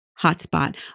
hotspot